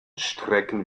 strecken